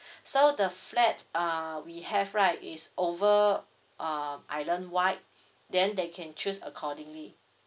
so the flat err we have right is over uh island wide then they can choose accordingly